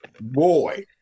Boy